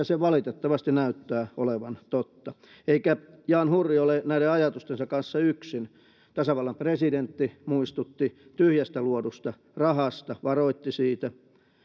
se valitettavasti näyttää olevan totta eikä jan hurri ole näiden ajatustensa kanssa yksin tasavallan presidentti muistutti tyhjästä luodusta rahasta varoitti siitä